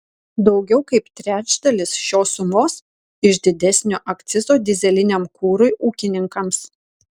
daugiau kaip trečdalis šios sumos iš didesnio akcizo dyzeliniam kurui ūkininkams